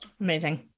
Amazing